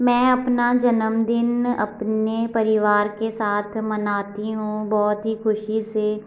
मैं अपना जनमदिन अपने परिवार के साथ मनाती हूँ बहुत ही खुशी से